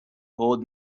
old